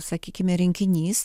sakykime rinkinys